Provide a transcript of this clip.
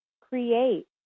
create